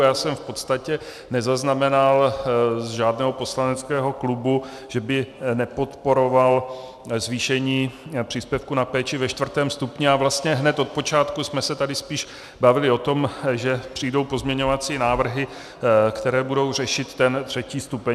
Já jsem v podstatě nezaznamenal u žádného poslaneckého klubu, že by nepodporoval zvýšení příspěvku na péči ve čtvrtém stupni, a vlastně hned od počátku jsme se tady spíš bavili o tom, že přijdou pozměňovací návrhy, které budou řešit ten třetí stupeň.